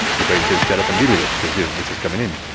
the brain says shut up and deal with it because yeah this is coming in.